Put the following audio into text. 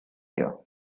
year